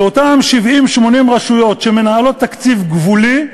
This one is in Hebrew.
ואותן 80-70 רשויות שמנהלות תקציב גבולי,